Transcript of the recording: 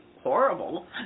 horrible